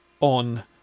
on